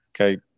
okay